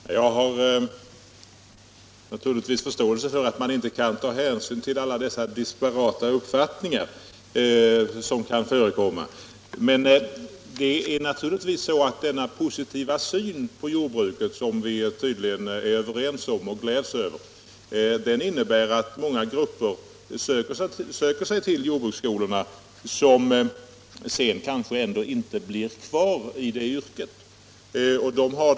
Herr talman! Jag har naturligtvis förståelse för att man inte kan ta hänsyn till alla de disparata uppfattningar som kan förekomma. Men den positiva syn på jordbruket som vi tydligen är överens om och gläds över innebär att många grupper söker sig till jordbruksskolorna men sedan kanske ändå inte blir kvar i det yrke de utbildat sig för.